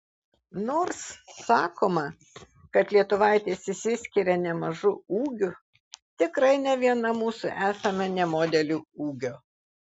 nors sakoma kad lietuvaitės išsiskiria nemažu ūgiu tikrai ne viena mūsų esame ne modelių ūgio